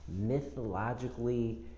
mythologically